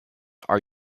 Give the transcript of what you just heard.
are